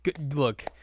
Look